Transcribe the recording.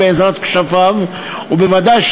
הרפורמי הוא יהודי.